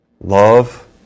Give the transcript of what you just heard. love